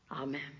Amen